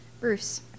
Bruce